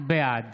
בעד